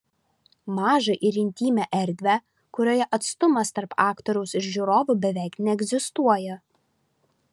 mažą ir intymią erdvę kurioje atstumas tarp aktoriaus ir žiūrovų beveik neegzistuoja